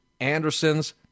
Andersons